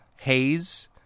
haze